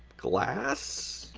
glass,